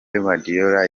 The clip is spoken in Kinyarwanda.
guardiola